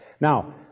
Now